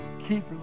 keep